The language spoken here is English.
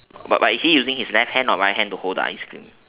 but but is he using his left hand or right hand to hold the ice cream